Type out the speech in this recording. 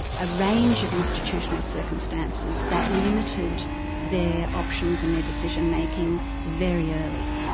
a range of institutional circumstances, that limited their options and their decision making very early.